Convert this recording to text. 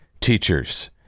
teachers